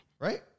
Right